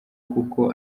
kuko